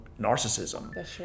narcissism